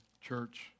church